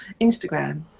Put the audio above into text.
Instagram